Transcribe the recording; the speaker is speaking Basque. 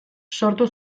sortu